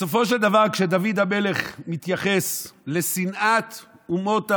בסופו של דבר כשדוד המלך התייחס בתהילים לשנאת אומות העולם,